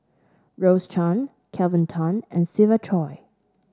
Rose Chan Kelvin Tan and Siva Choy